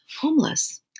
homeless